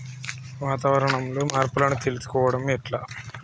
వాతావరణంలో మార్పులను తెలుసుకోవడం ఎట్ల?